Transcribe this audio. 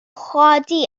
chodi